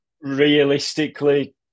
realistically